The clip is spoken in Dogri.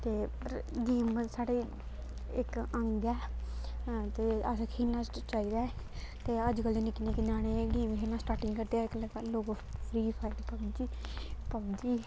ते पर गेम साढ़े इक अंग ऐ ते असें खेलना चाहिदा ऐ ते अजकल्ल दे निक्के निक्के ञ्याणे गेम खेलना स्टार्टिंग करदे अजकल्ल लोग फ्रीफायर ते पब जी पब जी